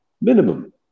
Minimum